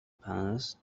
panels